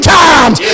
times